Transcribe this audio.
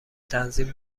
تنظیم